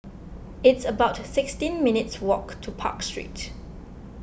it's about sixteen minutes' walk to Park Street